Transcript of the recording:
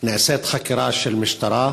נעשית חקירת משטרה,